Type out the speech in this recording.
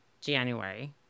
January